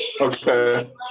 Okay